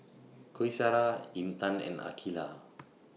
Qaisara Intan and Aqilah